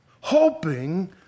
Hoping